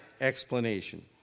explanation